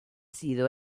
sido